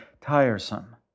tiresome